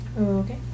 Okay